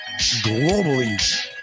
globally